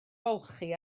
olchi